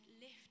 lift